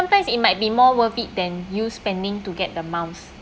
sometimes it might be more worth it than you spending to get the miles